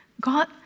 God